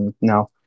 No